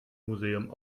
museum